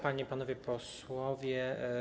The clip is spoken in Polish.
Panie i Panowie Posłowie!